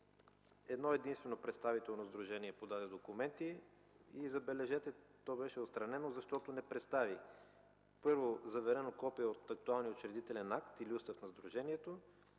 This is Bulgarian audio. Едно единствено представително сдружение подаде документи и забележете то беше отстранено, защото не представи първо – заверено копие от актуалния учредителен акт или устав на сдружението,